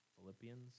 Philippians